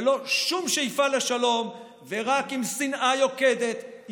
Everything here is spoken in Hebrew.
ללא שום שאיפה לשלום ורק עם שנאה יוקדת,